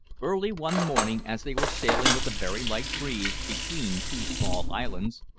early one morning as they were sailing with a very light breeze, between two small islands,